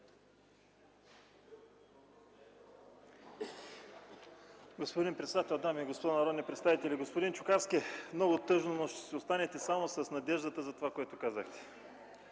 Господин председател, дами и господа народни представители! Господин Чукарски, много тъжно, но ще си останете само с надеждата за това, което казахте.